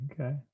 Okay